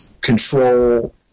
control